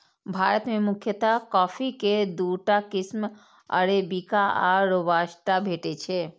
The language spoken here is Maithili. भारत मे मुख्यतः कॉफी के दूटा किस्म अरेबिका आ रोबास्टा भेटै छै